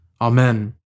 Amen